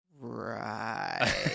Right